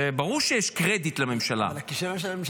זה ברור שיש קרדיט לממשלה --- אבל הכישלון של הממשלה.